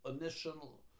initial